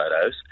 photos